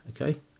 Okay